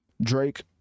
Drake